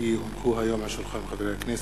כי הונחו היום על שולחן הכנסת,